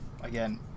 again